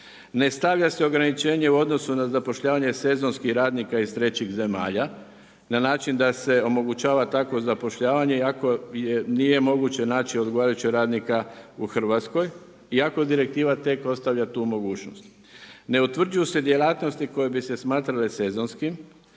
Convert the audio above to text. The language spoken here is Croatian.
ne stavlja se ograničenje u odnosu na zapošljavanje sezonskih radnika iz trećih zemalja, na način da se omogućava takvo zapošljavanje i ako nije moguć naći odgovarajućeg radnika u Hrvatskoj i ako direktiva tek ostavlja tu mogućnost. Ne utvrđuje se djelatnosti koje bi se smatrale sezonski,